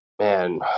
man